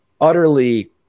utterly